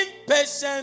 impatient